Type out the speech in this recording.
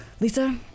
Lisa